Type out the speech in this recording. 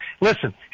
Listen